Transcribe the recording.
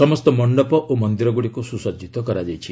ସମସ୍ତ ମଣ୍ଡପ ଓ ମନ୍ଦିରଗୁଡ଼ିକୁ ସୁସଜିତ କରାଯାଇଛି